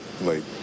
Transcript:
late